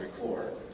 record